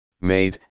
made